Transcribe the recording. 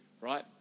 right